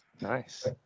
Nice